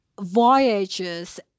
voyages